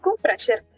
pressure